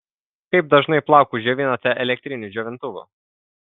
kaip dažnai plaukus džiovinate elektriniu džiovintuvu